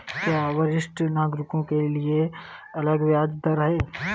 क्या वरिष्ठ नागरिकों के लिए अलग ब्याज दर है?